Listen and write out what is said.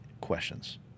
questions